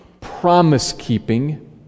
promise-keeping